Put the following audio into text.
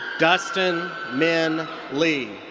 dustin minh le.